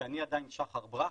כי אני עדיין שחר ברכה,